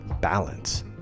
balance